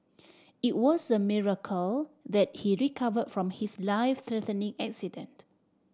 it was a miracle that he recovered from his life threatening accident